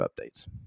updates